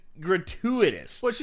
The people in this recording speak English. gratuitous